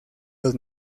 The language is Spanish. los